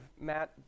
Matt